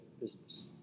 business